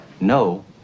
no